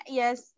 yes